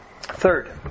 Third